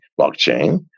blockchain